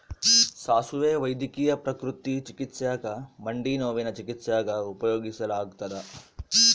ಸಾಸುವೆ ವೈದ್ಯಕೀಯ ಪ್ರಕೃತಿ ಚಿಕಿತ್ಸ್ಯಾಗ ಮಂಡಿನೋವಿನ ಚಿಕಿತ್ಸ್ಯಾಗ ಉಪಯೋಗಿಸಲಾಗತ್ತದ